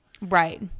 Right